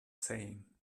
saying